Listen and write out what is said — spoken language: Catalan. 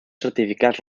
certificats